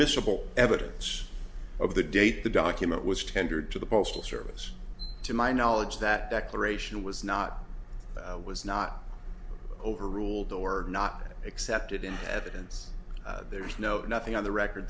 miscible evidence of the date the document was tendered to the postal service to my knowledge that declaration was not was not overruled or not accepted in evidence there is no nothing on the record